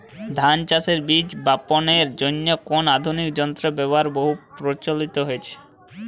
ধান চাষের বীজ বাপনের জন্য কোন আধুনিক যন্ত্রের ব্যাবহার বহু প্রচলিত হয়েছে?